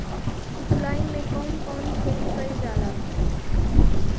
जुलाई मे कउन कउन खेती कईल जाला?